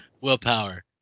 willpower